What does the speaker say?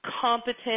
competent